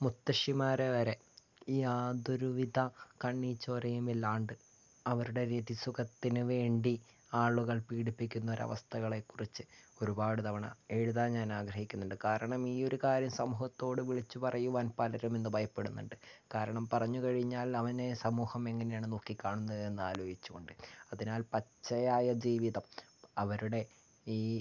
മുത്തശ്ശിമാരെ വരെ ഈ യാതൊരു വിധ കണ്ണിച്ചോരയും ഇല്ലാണ്ട് അവരുടെ രതി സുഖത്തിന് വേണ്ടി ആളുകൾ പീഡിപ്പിക്കുന്ന ഒരവസ്ഥകളെ കുറിച്ച് ഒരുപാട് തവണ എഴുതാൻ ഞാൻ ആഗ്രഹിക്കുന്നുണ്ട് കാരണം ഈ ഒരു കാര്യം സമൂഹത്തോട് വിളിച്ചു പറയുവാൻ പലരും ഇന്ന് ഭയപ്പെടുന്നുണ്ട് കാരണം പറഞ്ഞ് കഴിഞ്ഞാൽ അവനെ സമൂഹം എങ്ങനെയാണ് നോക്കി കാണുന്നതെന്ന് ആലോചിച്ച് കൊണ്ട് അതിനാൽ പച്ചയായ ജീവിതം അവരുടെ ഈ